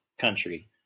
country